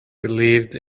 believed